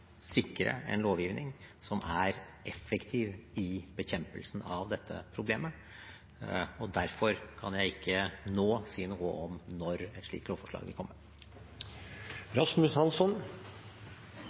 sikre en lovgivning som er effektiv i bekjempelsen av dette problemet. Derfor kan jeg ikke nå si noe om når et slikt lovforslag vil